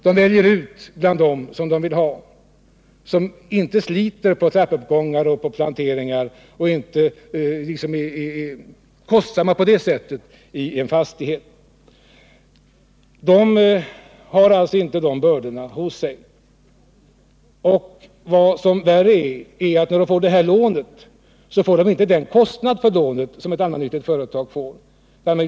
De väljer ut dem som de vill ha bland de hyressökande, och det blir sådana som inte sliter på trappuppgångar, planteringar m.m. och som därigenom inte förorsakar fastighetsägarna extra stora kostnader. Värre är att de privata företagen inte får samma lånekostnader som ett allmännyttigt företag.